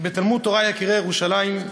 בתלמוד-תורה "יקירי ירושלים",